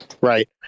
right